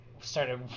started